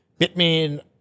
Bitmain